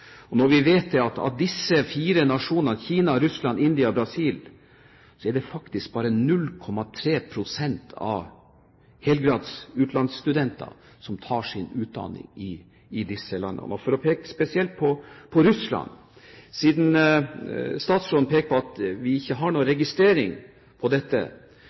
Vi vet at i disse fire nasjonene – Kina, Russland, India og Brasil – er det faktisk 0,3 pst. av helgrads utenlandsstudenter som tar sin utdanning. For å peke spesielt på Russland: Siden statsråden pekte på at vi ikke har noen registrering på dette,